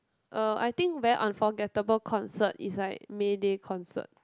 uh I think very unforgettable concert is like Mayday concert